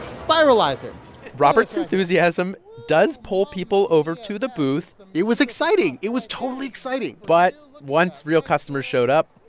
spiralizer robert's enthusiasm does pull people over to the booth it was exciting. it was totally exciting but once real customers showed up,